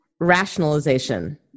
rationalization